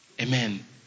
Amen